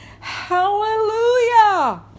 Hallelujah